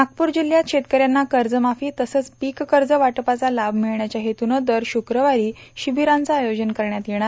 नागपूर जिल्हयात शेतकऱ्यांना कर्जमाफी तसंच पीक कर्ज वाटपाचा लाभ मिळण्याच्या हेतुनं दर शुकवारी शिबीरांचं आयोजन करण्यात येणार